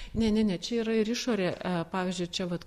ne ne ne čia yra ir išorė pavyzdžiui čia vat